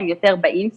הם יותר באינסטגרם.